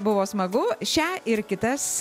buvo smagu šią ir kitas